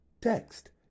Text